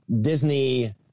disney